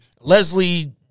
Leslie